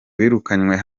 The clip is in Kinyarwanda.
birukanywe